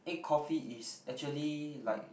egg coffee is actually like